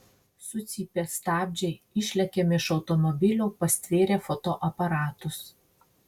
sucypia stabdžiai išlekiame iš automobilio pastvėrę fotoaparatus